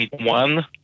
one